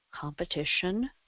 competition